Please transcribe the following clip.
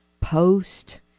post